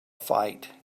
fight